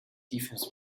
defense